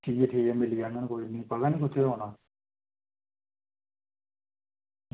ठीक ऐ ठीक ऐ मिली जाङन पता निं कुत्थें औना